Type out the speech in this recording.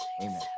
Amen